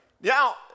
Now